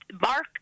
Mark